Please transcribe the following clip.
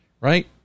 right